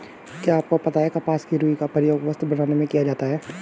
क्या आपको पता है कपास की रूई का प्रयोग वस्त्र बनाने में किया जाता है?